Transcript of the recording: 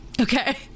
Okay